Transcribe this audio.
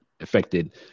affected